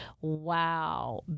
Wow